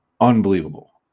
unbelievable